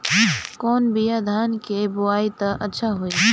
कौन बिया धान के बोआई त अच्छा होई?